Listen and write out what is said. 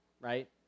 right